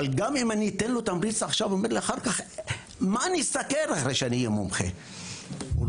כשנתן יוצא לפנסיה אחרי 40 שנה ומשתכר פחות מ-15,000 ברוטו,